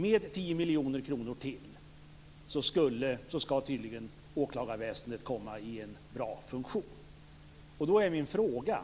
Med 10 miljoner kronor ytterligare skall tydligen åklagarväsendet komma i en bra funktion. Då är min fråga: